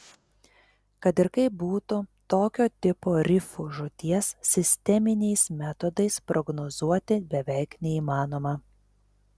kad ir kaip būtų tokio tipo rifų žūties sisteminiais metodais prognozuoti beveik neįmanoma